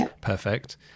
perfect